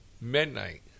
midnight